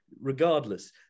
regardless